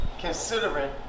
considering